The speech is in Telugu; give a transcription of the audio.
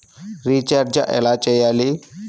రిచార్జ ఎలా చెయ్యాలి?